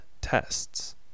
tests